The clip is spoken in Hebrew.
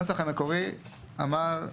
הנוסח המקורי אמר,